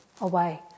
away